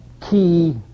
key